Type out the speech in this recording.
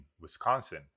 Wisconsin